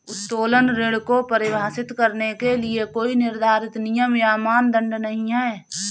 उत्तोलन ऋण को परिभाषित करने के लिए कोई निर्धारित नियम या मानदंड नहीं है